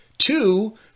Two